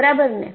બરાબરને